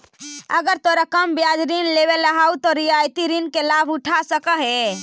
अगर तोरा कम ब्याज पर ऋण लेवेला हउ त रियायती ऋण के लाभ उठा सकऽ हें